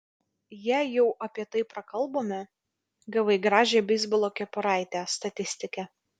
jei jau apie tai prakalbome gavai gražią beisbolo kepuraitę statistike